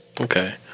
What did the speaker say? Okay